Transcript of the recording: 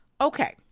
okay